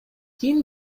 кийин